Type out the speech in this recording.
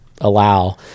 allow